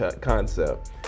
concept